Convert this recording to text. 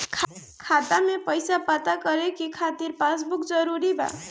खाता में पईसा पता करे के खातिर पासबुक जरूरी बा?